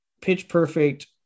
pitch-perfect